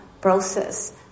process